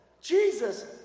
Jesus